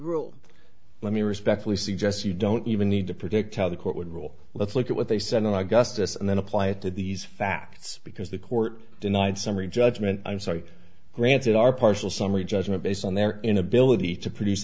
rule let me respectfully suggest you don't even need to predict how the court would rule let's look at what they said and i gustus and then apply it to these facts because the court denied summary judgment i'm sorry granted our partial summary judgment based on their inability to produce